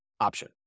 option